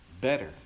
better